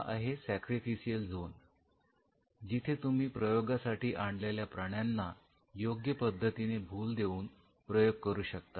हा आहे sacrificial zone जिथे तुम्ही प्रयोगासाठी आणलेल्या प्राण्यांना योग्य त्या पद्धतीने भूल देऊन प्रयोग करू शकता